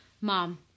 Mom